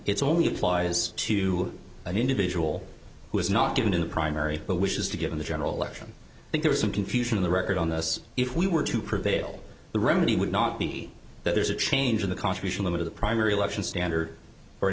it's only applies to an individual who is not given in a primary but wishes to give the general election i think there is some confusion in the record on this if we were to prevail the remedy would not be that there's a change in the contribution limit or the primary election standard or